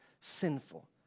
sinful